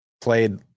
played